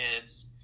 kids